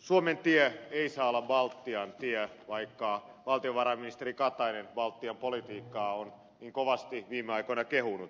suomen tie ei saa olla baltian tie vaikka valtiovarainministeri katainen baltian politiikkaa on niin kovasti viime aikoina kehunut